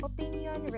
Opinion